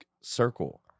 circle